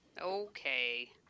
Okay